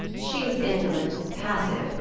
she was indolent, passive,